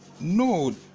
No